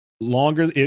longer